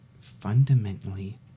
fundamentally